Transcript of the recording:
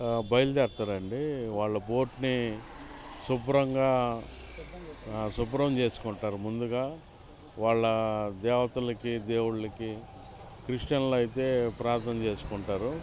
బయల్దేరతారండి వాళ్ళ బోట్ని శుభ్రంగా శుభ్రం చేసుకుంటారు ముందుగా వాళ్ళ దేవతలకి దేవుళ్ళకి క్రిస్టియన్లయితే ప్రార్థన చేసుకుంటారు